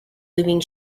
leaving